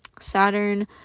saturn